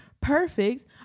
perfect